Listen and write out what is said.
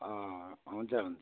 अँ हुन्छ हुन्छ